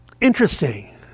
Interesting